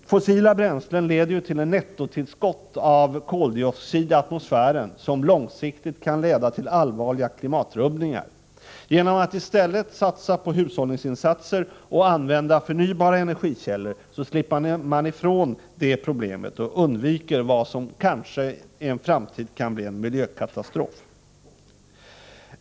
Fossila bränslen leder ju till ett nettotillskott av koldioxid i atmosfären, som långsiktigt kan leda till allvarliga klimatrubbningar. Genom att i stället satsa på hushållning och använda förnybara energikällor slipper man ifrån det problemet och undviker vad som kanske i framtiden kan bli en miljökatastrof.